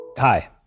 Hi